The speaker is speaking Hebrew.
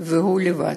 והוא לבד,